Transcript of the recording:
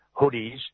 hoodies